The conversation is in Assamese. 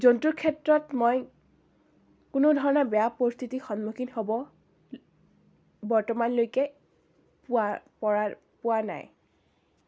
জন্তুৰ ক্ষেত্ৰত মই কোনো ধৰণৰ বেয়া পৰিস্থিতিৰ সন্মুখীন হ'ব বৰ্তমানলৈকে পোৱা পৰা পোৱা নাই